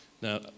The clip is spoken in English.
Now